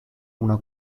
una